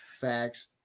Facts